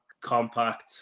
compact